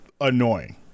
annoying